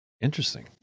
interesting